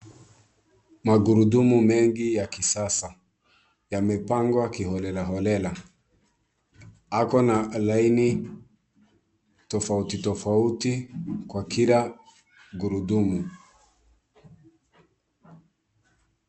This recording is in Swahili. Magurudumu mengi ya kisasa, yamepangwa kiholela holela. Ako na laini tofauti tofauti kwa kila gurudumu.